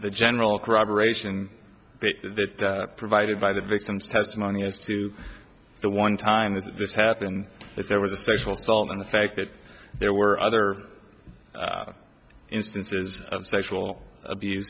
the general corroboration that provided by the victim's testimony as to the one time that this happened if there was a sexual assault and the fact that there were other instances of sexual abuse